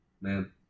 man